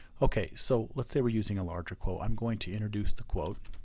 okay so let's say we're using a larger quote. i'm going to introduce the quote.